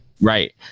Right